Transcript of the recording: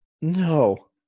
No